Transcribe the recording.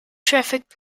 traffic